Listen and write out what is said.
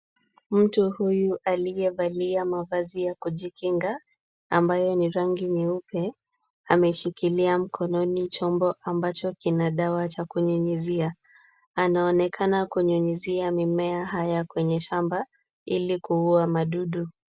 Mtu huyu aliyevalia mavazi ya kujikinga ambayo ni rangi nyeupe, ameshikilia mkononi chombo ambacho kina dawa cha kunyunyizia. Anaonekana kunyunyizia mimea haya kwenye shamba ili kuua madudu.